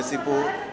עוד לא נולד המגשר.